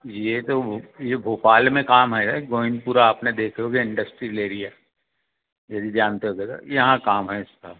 ये तो ये भोपाल में काम है गोविंदपुरा आपने देखें होंगें इंडस्ट्रियल एरिया यदि जानते होंगे तो यहाँ काम है इसका